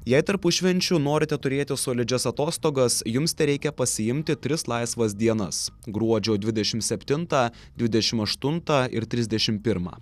jei tarpušvenčiu norite turėti solidžias atostogas jums tereikia pasiimti tris laisvas dienas gruodžio dvidešimt septintą dvidešimt aštuntą ir trisdešimt pirmą